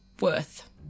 worth